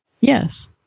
yes